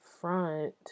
front